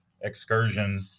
excursion